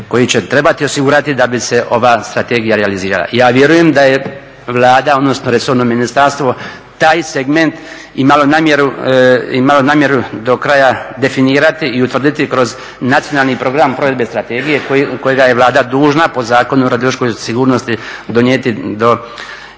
koji će trebati osigurati da bi se ova strategija realizirala. Ja vjerujem da je Vlada, odnosno resorno ministarstvo taj segment imalo namjeru do kraja definirati i utvrditi kroz Nacionalni program provedbe strategije kojega je Vlada dužna po Zakonu o radiološkoj sigurnosti donijeti do